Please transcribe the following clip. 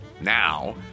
now